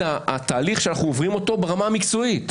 התהליך שאנחנו עוברים אותו ברמה המקצועית.